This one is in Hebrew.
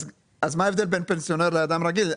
אז מה ההבדל בין פנסיונר לאדם רגיל?